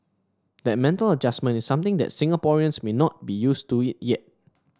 that mental adjustment is something that Singaporeans may not be used to it yet